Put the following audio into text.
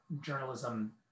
journalism